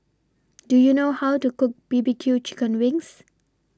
Do YOU know How to Cook B B Q Chicken Wings